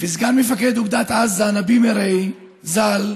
וסגן מפקד אוגדת עזה נביה מרעי ז"ל,